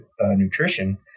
nutrition